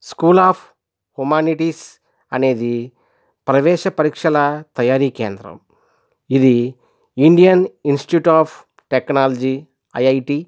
school of humanities అనేది ప్రవేశ పరీక్షల తయారీ కేంద్రం ఇది Indian institute of technology IIT